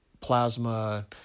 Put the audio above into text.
plasma